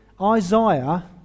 Isaiah